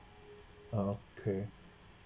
okay